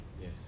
Yes